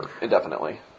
indefinitely